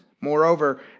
Moreover